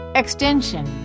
extension